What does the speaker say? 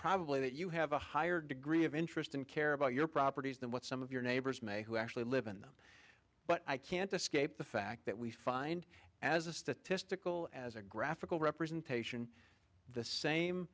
probably that you have a higher degree of interest and care about your properties than what some of your neighbors may who actually live in them but i can't escape the fact that we find as a statistical as a graphical representation the same